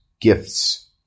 Gifts